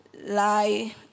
lie